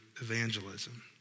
evangelism